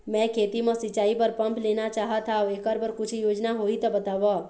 मैं खेती म सिचाई बर पंप लेना चाहत हाव, एकर बर कुछू योजना होही त बताव?